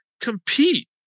compete